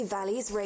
Valleys